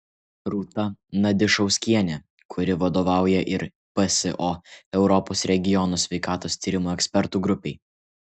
rūta nadišauskienė kuri vadovauja ir pso europos regiono sveikatos tyrimų ekspertų grupei